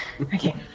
Okay